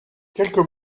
quelques